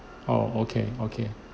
oh okay okay